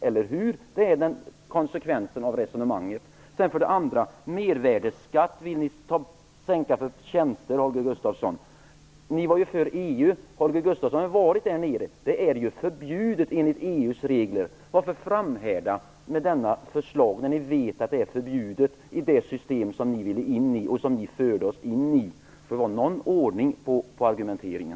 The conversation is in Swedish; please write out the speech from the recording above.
Det är konsekvensen av resonemanget, eller hur? För det tredje vill ni sänka mervärdesskatten på tjänster, Holger Gustafsson. Kristdemokraterna var ju för EU, och Holger Gustafsson har varit nere i Bryssel. Det här är ju enligt EU:s regler förbjudet. Varför framhärdar ni med detta förslag, när ni vet att den ordningen är förbjuden i det system som ni förde oss in i? Det får vara någon ordning på argumenteringen.